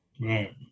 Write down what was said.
Right